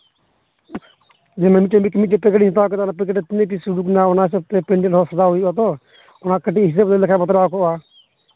ᱡᱮᱢᱚᱱᱠᱤ ᱢᱤᱫ ᱯᱮᱠᱮᱴ ᱤᱧ ᱦᱟᱛᱟᱣ ᱠᱮᱫᱟ ᱚᱱᱟ ᱯᱮᱠᱮᱴ ᱨᱮ ᱯᱩᱱᱭᱟ ᱯᱤᱥ ᱩᱰᱩᱠᱱᱟ ᱚᱱᱟ ᱦᱤᱥᱟᱹᱵ ᱛᱮ ᱯᱮᱰᱮᱞ ᱦᱚᱸ ᱥᱟᱡᱟᱣ ᱦᱩᱭᱩᱜᱼᱟ ᱛᱚ ᱚᱱᱟ ᱠᱟᱹᱴᱤᱡ ᱦᱤᱥᱟᱹᱵ ᱞᱮᱠᱷᱟᱱ ᱵᱟᱛᱞᱟᱣ ᱠᱚᱜᱼᱟ